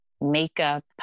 makeup